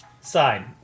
Sign